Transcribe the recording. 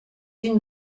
une